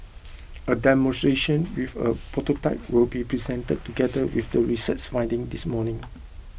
a demonstration with a prototype will be presented together with the research findings this morning